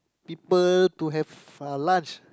people to have uh lunch